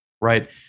right